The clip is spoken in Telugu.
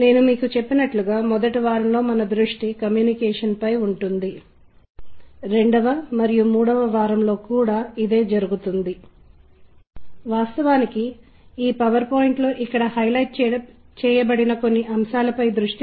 మీరు ప్రదర్శించిన ప్రత్యేకత అనేది ప్రతిష్టాత్మకమైనది ఇది అర్థం చేసుకోబడుతుంది ప్రశంసించబడుతుంది మరియు ఇది ఇతర వ్యక్తులను ప్రభావితం చేయడంలో సహాయపడుతుంది